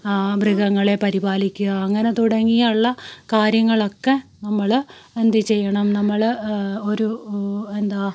മൃഗങ്ങളെ പരിപാലിക്കുക അങ്ങനെ തുടങ്ങിയുള്ള കാര്യങ്ങളൊക്കെ നമ്മൾ എന്തു ചെയ്യണം നമ്മൾ ഒരു എന്താ